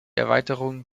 erweiterung